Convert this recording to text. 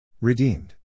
redeemed